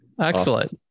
Excellent